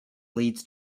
leads